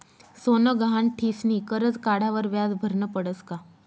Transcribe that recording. सोनं गहाण ठीसनी करजं काढावर व्याज भरनं पडस का?